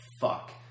fuck